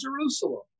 Jerusalem